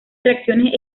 reacciones